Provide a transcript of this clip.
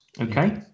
okay